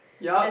yup